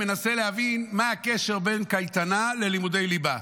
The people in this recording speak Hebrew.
מנסה להבין מה הקשר בין קייטנה ללימודי ליבה.